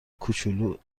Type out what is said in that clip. کوچولو